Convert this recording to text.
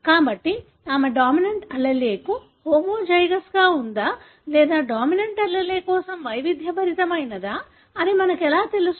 కాబట్టి ఆమె dominant allele కు హోమోజైగస్గా ఉందా లేదా డామినెన్ట్ allele కోసం వైవిధ్యభరితమైనదా అని మనకు ఎలా తెలుసు